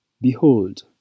Behold